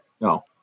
No